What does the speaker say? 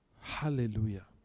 Hallelujah